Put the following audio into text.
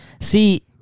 See